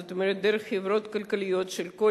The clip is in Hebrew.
זאת אומרת דרך החברות הכלכליות של כל